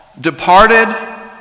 departed